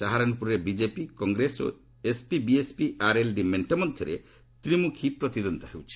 ସାହାରନ୍ପୁରରେ BJP Congress ଓ SP BSP RLD ମେଣ୍ଟ ମଧ୍ୟରେ ତ୍ରିମୁଖୀ ପ୍ରତିଦ୍ୱନ୍ଦ୍ୱିତା ହେଉଛି